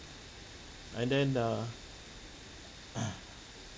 and then err